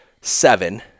seven